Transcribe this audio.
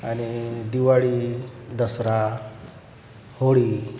आणि दिवाळी दसरा होळी